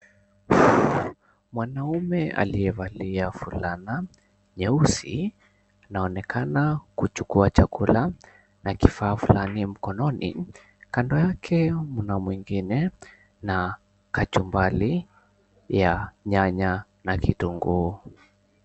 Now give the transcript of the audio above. Mwanaume aliyevalia fulana nyeusi anaonekana kuchukua chakula na kifaa fulani mkononi . Kando yake mna mwingine na kachumbari ya nyanya na vitunguu.